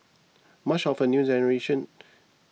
much of the new acceleration